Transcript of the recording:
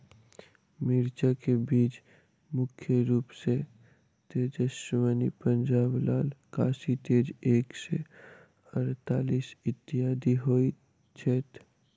मिर्चा केँ बीज मुख्य रूप सँ तेजस्वनी, पंजाब लाल, काशी तेज एक सै अड़तालीस, इत्यादि होए छैथ?